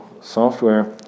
software